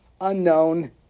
unknown